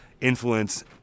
influence